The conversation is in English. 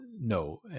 no